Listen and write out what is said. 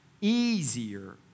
easier